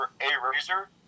A-Razor